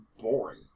boring